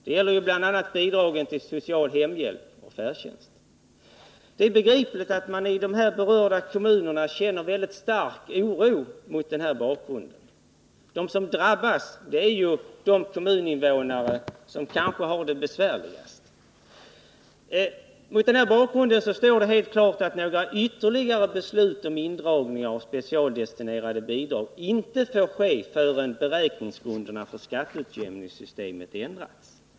Det gäller bl.a. bidragen till social hemhjälp och färdtjänst. Det är mot den bakgrunden begripligt att man i de här berörda kommunerna känner stor oro. De som drabbas är ju de kommuninvånare som kanske har det besvärligast. Mot denna bakgrund står det helt klart att några ytterligare beslut om indragningar av specialdestinerade bidrag inte får ske förrän beräkningsgrunderna för skatteutjämningssystemet har ändrats.